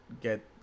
get